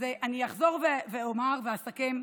אז אני אחזור ואומר ואסכם: